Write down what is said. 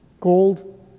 gold